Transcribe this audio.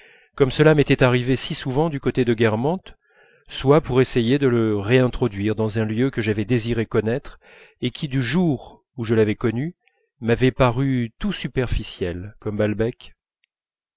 comme cela m'était arrivé si souvent du côté de guermantes soit pour essayer de le réintroduire dans un lieu que j'avais désiré connaître et qui du jour où je l'avais connu m'avait paru tout superficiel comme balbec